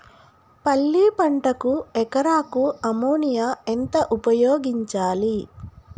పల్లి పంటకు ఎకరాకు అమోనియా ఎంత ఉపయోగించాలి?